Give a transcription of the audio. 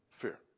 Fear